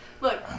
Look